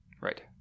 Right